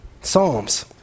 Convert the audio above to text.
Psalms